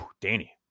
Danny